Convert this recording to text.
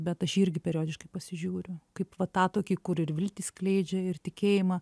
bet aš jį irgi periodiškai pasižiūriu kaip va tą tokį kur ir viltį skleidžia ir tikėjimą